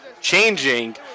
changing